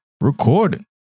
recording